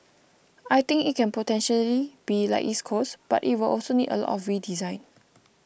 I think it can potentially be like East Coast but it will also need a lot of redesign